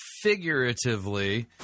figuratively